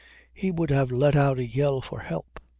he would have let out a yell for help.